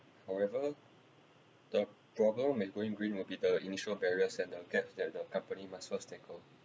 however the struggle of going green will be the initial barriers and the gaps that the company must first tackle